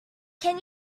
can